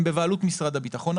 הם בבעלות משרד הביטחון,